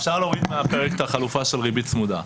אפשר להוריד מהפרק את החלופה של ריבית צמודה.